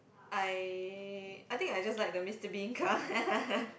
I I think I just like the Mister Bean car